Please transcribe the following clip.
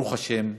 ברוך השם,